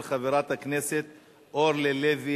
של חבר הכנסת אריה אלדד,